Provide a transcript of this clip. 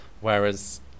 Whereas